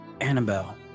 Annabelle